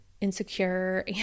insecure